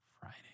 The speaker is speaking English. Friday